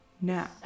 Now